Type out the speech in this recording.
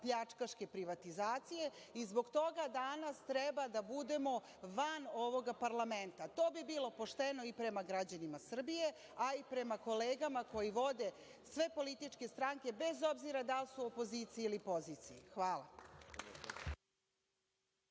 pljačkaške privatizacije i zbog danas treba da budemo van ovoga parlamenta. To bi bilo pošteno i prema građanima Srbije, a i prema kolegama koji vode sve političke stranke, bez obzira da li su opozicija ili pozicija. Hvala.(Saša